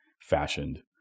fashioned